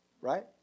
right